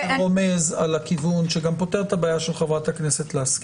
אתה רומז על הכיוון שגם פותר את הבעיה של חברת הכנסת לסקי.